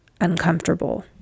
uncomfortable